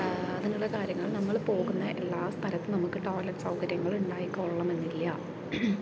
നിങ്ങളുടെ കാര്യങ്ങൾ നമ്മൾ പോകുന്ന എല്ലാ സ്ഥലത്തും നമുക്ക് ടോയ്ലറ്റ് സൗകര്യങ്ങൾ ഉണ്ടായിക്കൊള്ളണമെന്നില്ല